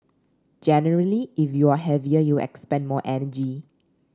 generally if you're heavier you'll expend more energy